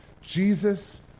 Jesus